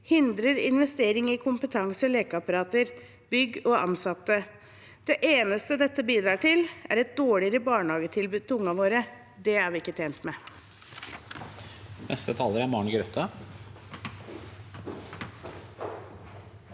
hindrer investering i kompetanse, lekeapparater, bygg og ansatte. Det eneste dette bidrar til, er et dårligere barnehagetilbud til ungene våre. Det er vi ikke tjent med.